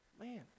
man